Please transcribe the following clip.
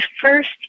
first